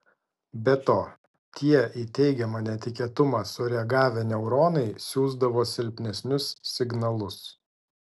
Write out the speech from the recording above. be to tie į teigiamą netikėtumą sureagavę neuronai siųsdavo silpnesnius signalus